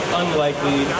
unlikely